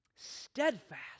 steadfast